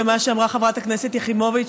ומה שאמרה חברת הכנסת יחימוביץ